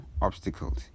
obstacles